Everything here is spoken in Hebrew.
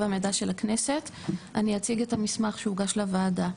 אני אציג את המסמך שהוגש לוועדה.